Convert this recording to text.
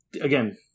again